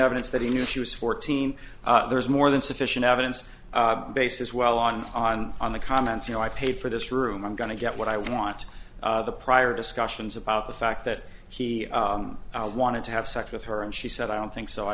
evidence that he knew she was fourteen there is more than sufficient evidence based as well on on on the comments you know i paid for this room i'm going to get what i want the prior discussions about the fact that he wanted to have sex with her and she said i don't think so i